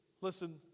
listen